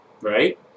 right